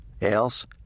Else